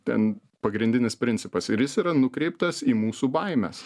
ten pagrindinis principas ir jis yra nukreiptas į mūsų baimes